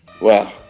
Wow